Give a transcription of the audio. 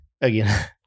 Again